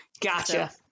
Gotcha